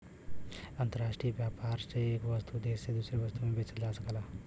अंतराष्ट्रीय व्यापार में वस्तु एक देश से दूसरे देश में बेचल जाला